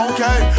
Okay